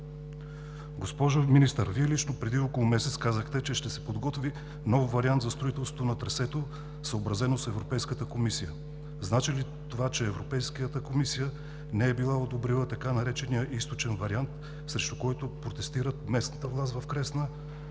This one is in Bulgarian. Госпожо Министър, Вие лично преди около месец казахте, че ще се подготви нов вариант за строителство на трасето, съобразено с Европейската комисия. Значи ли това, че Европейската комисия не е била одобрила така наречения източен вариант, срещу който протестират местната власт в Кресна,